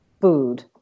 food